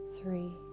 three